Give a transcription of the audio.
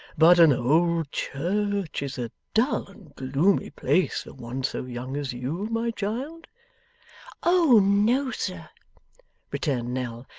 but an old church is a dull and gloomy place for one so young as you, my child oh no, sir returned nell.